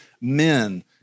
men